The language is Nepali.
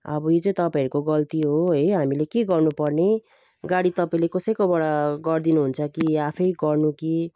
अब यो चाहिँ तपाईँहरूको गल्ती हो है हामीले के गर्नु पर्ने गाडी तपाईँले कसैकोबाट गरिदिनु हुन्छ कि वा आफैँ गर्नु कि